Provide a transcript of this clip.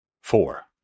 Four